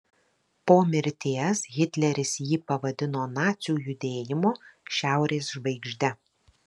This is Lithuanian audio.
po mirties hitleris jį pavadino nacių judėjimo šiaurės žvaigžde